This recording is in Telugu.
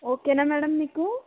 ఓకేనా మేడం మీకు